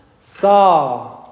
saw